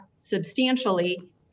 substantially